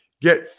get